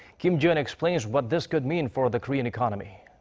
kim ji-yeon explains what this could mean for the korean economy.